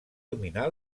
dominar